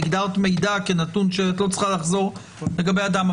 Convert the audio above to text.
והגדרת מידע כנתון שאת לא צריכה לחזור לגבי אדם.